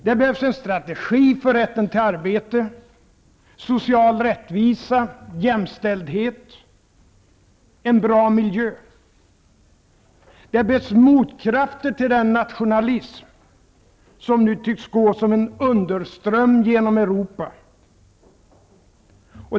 Det behövs en strategi för rätten till arbete, social rättvisa, jämställdhet och en bra miljö. Det behövs motkrafter till den nationalism som nu tycks gå som en underström genom Europa.